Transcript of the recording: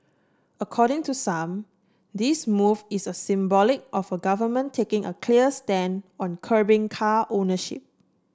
according to some this move is a symbolic of a government taking a clear stand on curbing car ownership